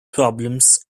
problems